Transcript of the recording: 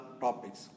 topics